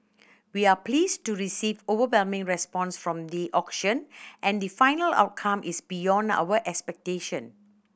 we are pleased to receive overwhelming response from the auction and the final outcome is beyond our expectation